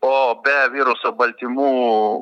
o be viruso baltymų